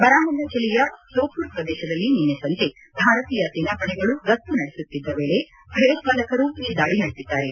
ಬರಾಮುಲ್ಲಾ ಜಿಲ್ಲೆಯ ಸೋಪುರ್ ಪ್ರದೇಶದಲ್ಲಿ ನಿನ್ನೆ ಸಂಜೆ ಭಾರತೀಯ ಸೇನಾಪಡೆಗಳು ಗಸ್ತು ನಡೆಸುತ್ತಿದ್ದ ವೇಳೆ ಭಯೋತ್ಪಾದಕರು ಈ ದಾಳಿ ನಡೆಸಿದ್ದಾರೆ